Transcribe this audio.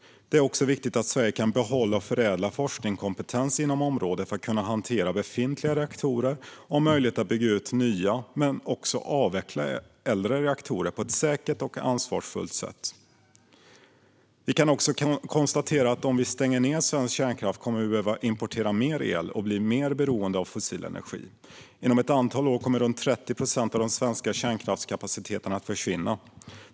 Det är också viktigt att Sverige kan behålla och förädla forskningskompetens inom området för att kunna hantera befintliga reaktorer och ha möjlighet att bygga nya men också avveckla äldre reaktorer på ett säkert och ansvarsfullt sätt. Vi kan också konstatera att om vi stänger ned svensk kärnkraft kommer vi att behöva importera mer el och bli mer beroende av fossil energi. Inom ett antal år kommer runt 30 procent av den svenska kärnkraftskapaciteten att försvinna.